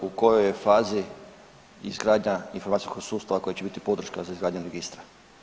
U kojoj je fazi izgradnja informacijskog sustava koji će biti podrška za izgradnju registra?